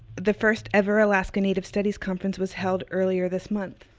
the first ever alaskan native studies conference was held earlier this month.